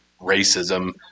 racism